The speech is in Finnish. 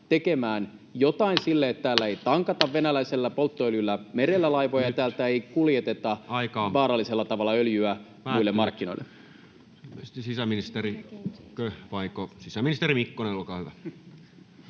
koputtaa] niin että täällä ei tankata venäläisellä polttoöljyllä merellä laivoja ja täältä ei kuljeteta [Puhemies: Aika!] vaarallisella tavalla öljyä muille markkinoille.